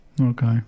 Okay